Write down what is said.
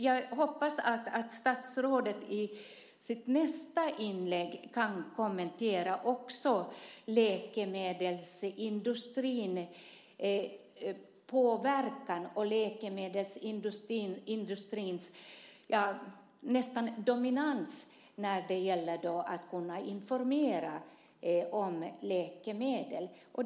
Jag hoppas att statsrådet i sitt nästa inlägg kan kommentera läkemedelsindustrins påverkan, ja, nästan dominans, när det gäller att informera om läkemedel.